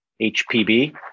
HPB